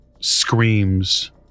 screams